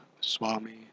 Swami